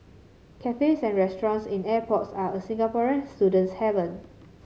cafes and restaurants in airports are a Singaporean student's haven